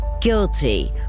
Guilty